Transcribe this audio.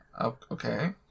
Okay